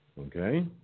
Okay